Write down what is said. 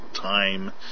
time